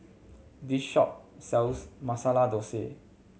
this shop sells Masala Dosa